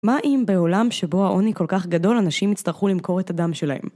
מה אם בעולם שבו העוני כל כך גדול אנשים יצטרכו למכור את הדם שלהם?